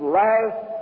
last